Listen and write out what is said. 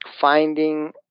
finding